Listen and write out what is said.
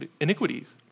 iniquities